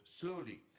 slowly